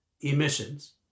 emissions